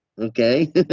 Okay